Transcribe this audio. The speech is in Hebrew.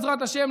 בעזרת השם,